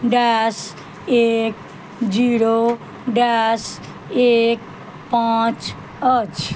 dash एक zero dash एक पाँच अछि